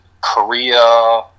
Korea